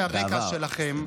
הרקע שלכם,